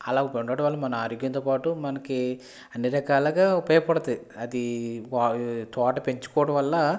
అలా ఉండటం వల్ల మన ఆరోగ్యంతో పాటు మనకి అన్ని రకాలుగా ఉపయోగపడుతుంది అది తోట పెంచుకోవడం వల్ల